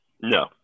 No